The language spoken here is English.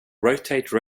rotate